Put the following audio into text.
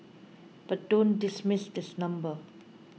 but don't dismiss this number